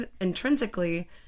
intrinsically